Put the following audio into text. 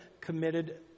committed